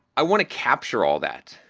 i want to capture all that.